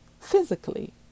physically